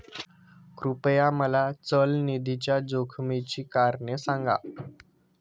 कृपया मला चल निधीच्या जोखमीची कारणे सांगा